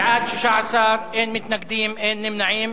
בעד, 16, אין מתנגדים, אין נמנעים.